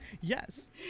Yes